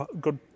good